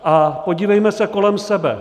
A podívejme se kolem sebe.